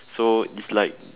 so it's like